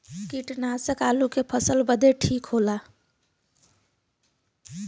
कीटनाशक आलू के फसल खातिर ठीक होला